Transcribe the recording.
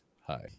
Hi